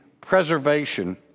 preservation